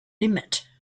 limit